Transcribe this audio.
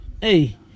Hey